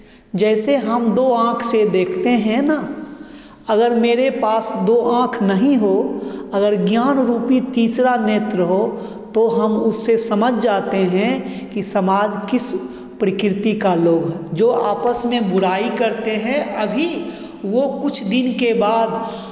जैसे हम दो आँख से देखते हैं ना अगर मेरे पास दो आँख नहीं हो अगर ज्ञान रूपी तीसरा नेत्र हो तो हम उससे समझ जाते हैं कि समाज किस प्रकृति का लोग है जो आपस में बुराई करते हैं अभी वो कुछ दिन के बाद